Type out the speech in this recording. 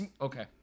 Okay